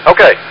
Okay